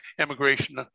immigration